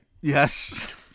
yes